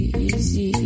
Easy